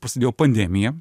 prasidėjo pandemija